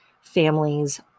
families